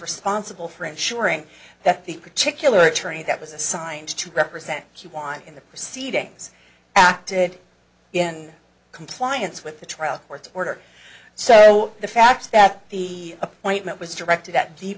responsible for ensuring that the particular attorney that was assigned to represent she won in the proceedings acted in compliance with the trial court's order so the fact that the appointment was directed at the